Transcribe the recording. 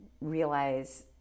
realize